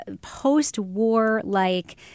post-war-like